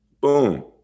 Boom